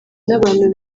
n’abantu